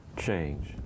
change